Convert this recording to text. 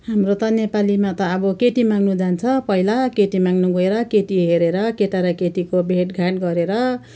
हाम्रो त नेपालीमा त अब केटी माग्नु जान्छ पहिला केटी माग्नु गएर केटी हेरेर केटा र केटीको भेटघाट गरेर